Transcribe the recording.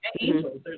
angels